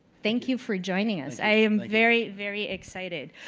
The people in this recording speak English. thank you for joining us. i am very, very excited.